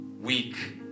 weak